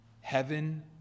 Heaven